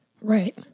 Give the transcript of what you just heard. Right